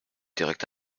direkt